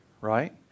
right